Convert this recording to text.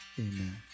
Amen